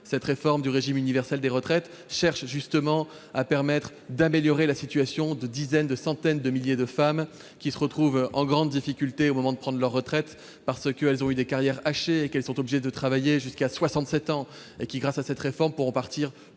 de la réforme du régime universel des retraites, cherche justement à améliorer la situation de centaines de milliers de femmes qui se retrouvent en grande difficulté au moment de prendre leur retraite, parce qu'elles ont eu des carrières hachées et sont obligées de travailler jusqu'à 67 ans. Grâce à cette réforme, elles pourront partir plus tôt